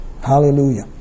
Hallelujah